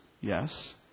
yes